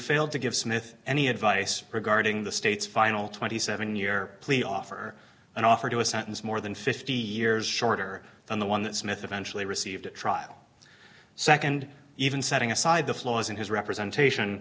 failed to give smith any advice regarding the state's final twenty seven year plea offer an offer to a sentence more than fifty years shorter than the one that smith eventually received a trial nd even setting aside the flaws in his representation